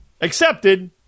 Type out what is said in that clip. Accepted